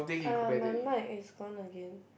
ah my mic is gone again